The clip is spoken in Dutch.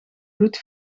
goed